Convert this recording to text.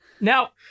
Now